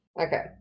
Okay